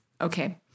Okay